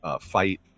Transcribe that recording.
fight